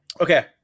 okay